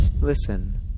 Listen